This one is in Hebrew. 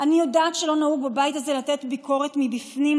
אני יודעת שלא נהוג בבית הזה לתת ביקורת מבפנים,